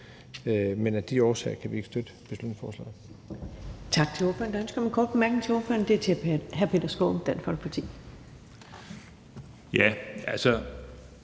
Men af de årsager kan vi ikke støtte beslutningsforslaget.